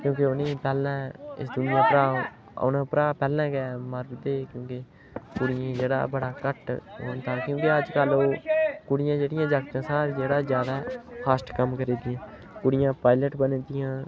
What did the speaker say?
क्योंकि उ'नें ई पैह्लें इस दूनिया उप्परा औने उप्परा कोला पैह्लें गै मारी ओड़दे हे कुड़ियें जेह्ड़ा बड़ा घट्ट क्योंकि अज्जकल ओह् कुड़ियां जेह्ड़ियां जागतें शा जेह्ड़ा जादै फ़ॉस्ट कम्म करी दियां कुड़ियां पायलट बनी दियां